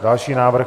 Další návrh.